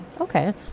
Okay